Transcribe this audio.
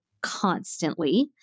constantly